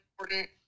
important